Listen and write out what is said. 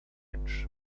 edge